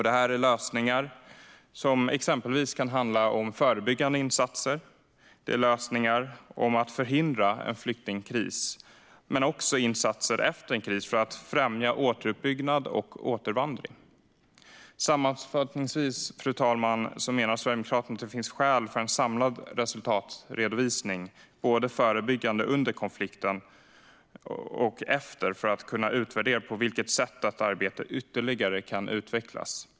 Det är lösningar som exempelvis kan handla om förebyggande insatser. Det är lösningar för att förhindra en flyktingkris, men det är också insatser efter en kris för att främja återuppbyggnad och återvandring. Sammanfattningsvis, fru talman, menar Sverigedemokraterna att det finns skäl för en samlad resultatredovisning både förebyggande under konflikten och efter för att kunna utvärdera på vilket sätt detta arbete ytterligare kan utvecklas.